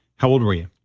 how old were you?